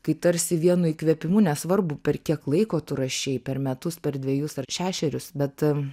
kai tarsi vienu įkvėpimu nesvarbu per kiek laiko tu rašei per metus per dvejus ar šešerius bet